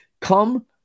come